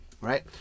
right